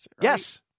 Yes